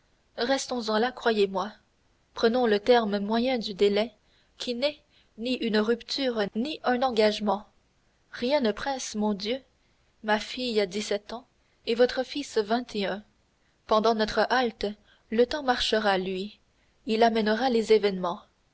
restons-en là croyez-moi prenons le terme moyen du délai qui n'est ni une rupture ni un engagement rien ne presse mon dieu ma fille a dix-sept ans et votre fils vingt et un pendant notre halte le temps marchera lui il amènera les événements